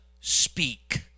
speak